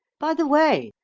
by the way,